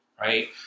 right